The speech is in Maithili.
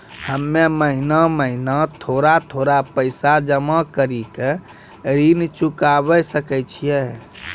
हम्मे महीना महीना थोड़ा थोड़ा पैसा जमा कड़ी के ऋण चुकाबै सकय छियै?